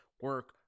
Work